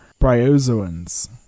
bryozoans